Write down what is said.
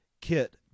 kit